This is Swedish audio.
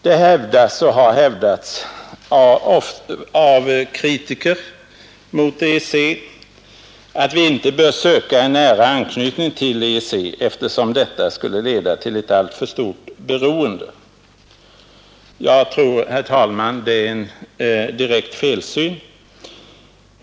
Det hävdas och har hävdats av kritiker mot EEC att vi inte bör söka en nära anknytning till EEC, därför att detta skulle leda till ett alltför stort beroende. Jag tror, herr talman, att det är en direkt felsyn.